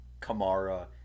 Kamara